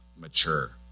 mature